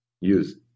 use